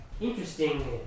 Interesting